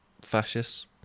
fascists